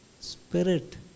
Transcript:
Spirit